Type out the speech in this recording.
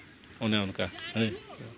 ᱚᱱᱮ ᱚᱱᱠᱟ